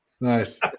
Nice